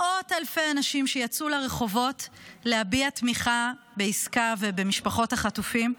מאות אלפי אנשים שיצאו לרחובות להביע תמיכה בעסקה ובמשפחות החטופים.